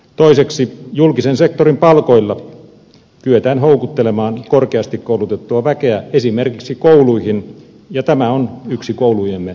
toiseksi julkisen sektorin palkoilla kyetään houkuttelemaan korkeasti koulutettua väkeä esimerkiksi kouluihin ja tämä on yksi koulujemme menestyksen syy